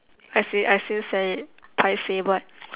I still I still said it paiseh but